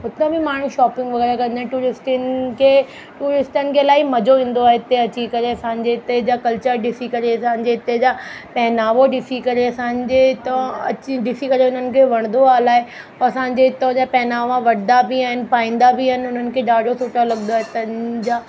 हुतां बि माण्हू शॉपिंग वग़ैरह कंदा आहिनि टूरिस्टनि खे टूरिस्टनि खे इलाही मज़ो ईंदो आहे हिते अची करे असांजे हिते जा कल्चर ॾिसी करे असांजे हिते जा पहनावो ॾिसी करे असांजे हितां अची ॾिसी करे उन्हनि खे वणंदो आहे इलाही औरि असांजे हितां जा पहनावा वठंदा बि आहिनि पाईंदा बि आहिनि उन्हनि खे ॾाढो सुठा लॻंदो आहे हितां जा